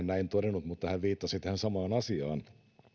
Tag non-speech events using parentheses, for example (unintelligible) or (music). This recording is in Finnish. (unintelligible) näin todennut mutta hän viittasi tähän samaan asiaan